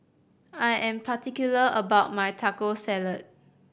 I am particular about my Taco Salad